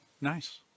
Nice